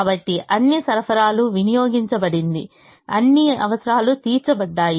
కాబట్టి అన్ని సరఫరాలు వినియోగించబడింది అన్ని అవసరాలు తీర్చబడ్డాయి